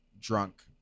drunk